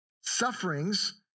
Sufferings